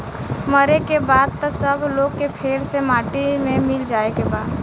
मरे के बाद त सब लोग के फेर से माटी मे मिल जाए के बा